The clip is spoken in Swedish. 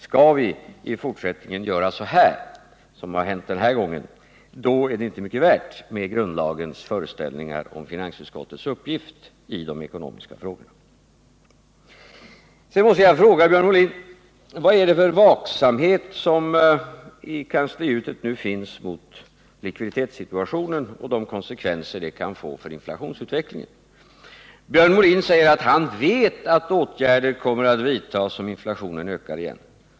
Skall vi i fortsättningen göra så som har hänt den här gången, då är det inte mycket värt med grundlagens föreställningar om finansutskottets uppgift i de ekonomiska frågorna. Sedan måste jag fråga Björn Molin: Vilken vaksamhet finns det nu i kanslihuset med avseende på likviditetssituationen och de konsekvenser den kan få för inflationsutvecklingen? Björn Molin säger att han vet att åtgärder kommer att vidtas om inflationen ökar igen.